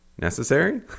necessary